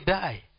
die